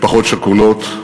משפחות שכולות,